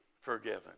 forgiven